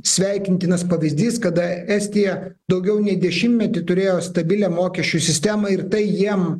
sveikintinas pavyzdys kada estija daugiau nei dešimtmetį turėjo stabilią mokesčių sistemą ir tai jiem